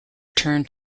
turned